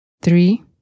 three